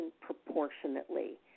proportionately